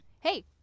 Hey